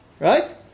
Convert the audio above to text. Right